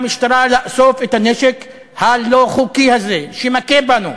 למשטרה לאסוף את הנשק הלא-חוקי הזה שמכה בנו.